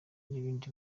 n’ibindi